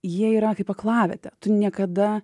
jie yra kaip aklavietę tu niekada